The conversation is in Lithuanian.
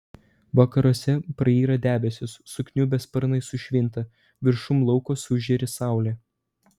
vakaruose prayra debesys sukniubę sparnai sušvinta viršum lauko sužėri saulė